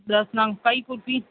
દસ નંગ કઈ કુલ્ફી